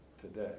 today